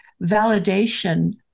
validation